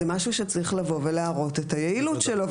זה משהו שצריך לבוא ולהראות את היעילות שלו,